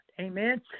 Amen